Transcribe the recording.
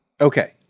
Okay